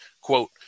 quote